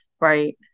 right